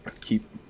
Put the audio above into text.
keep